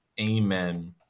Amen